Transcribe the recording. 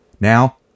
Now